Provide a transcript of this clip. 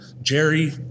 Jerry